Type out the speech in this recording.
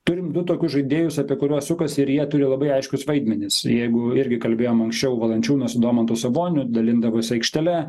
turim du tokius žaidėjus apie kuriuos sukasi ir jie turi labai aiškius vaidmenis jeigu irgi kalbėjom anksčiau valančiūnas su domantu saboniu dalindavosi aikštele